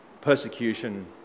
persecution